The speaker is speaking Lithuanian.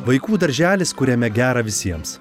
vaikų darželis kuriame gera visiems